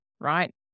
right